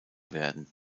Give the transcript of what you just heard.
werden